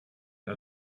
der